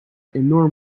enorm